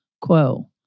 quo